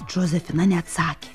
džozefina neatsakė